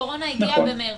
הקורונה הגיעה במרץ.